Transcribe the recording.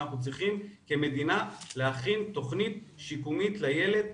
ואנחנו צריכים כמדינה להכין תכנית שיקומית לילד,